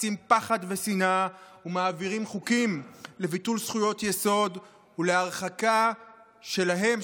מפיצים פחד ושנאה ומעבירים חוקים לביטול זכויות יסוד ולהרחקה שלהם,